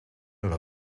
hora